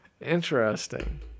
Interesting